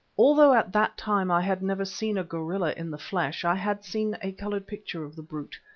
although at that time i had never seen a gorilla in the flesh, i had seen a coloured picture of the brute,